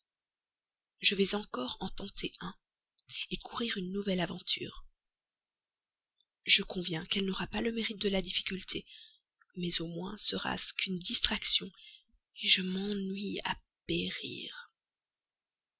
je vais encore en tenter un courir une nouvelle aventure je conviens qu'elle n'aura pas le mérite de la difficulté mais au moins sera-ce une distraction je m'ennuie à périr